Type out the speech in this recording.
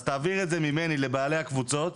אז תעביר את זה ממני לבעלי הקבוצות,